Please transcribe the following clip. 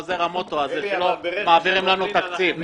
חזור המוטו הזה שלא מעבירים לנו תקציב.